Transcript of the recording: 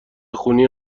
خونی